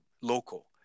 local